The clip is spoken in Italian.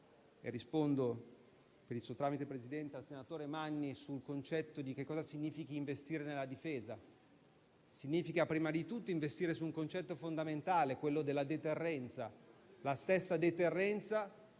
e rispondo così, per il suo tramite, Presidente, al senatore Magni - cosa significhi investire nella difesa. Significa prima di tutto investire su un concetto fondamentale, la deterrenza; quella stessa deterrenza